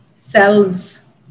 selves